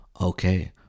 okay